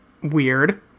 weird